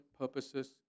purposes